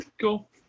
Cool